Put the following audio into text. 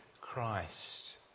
Christ